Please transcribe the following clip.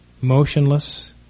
motionless